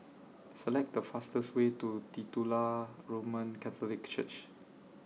Select The fastest Way to Titular Roman Catholic Church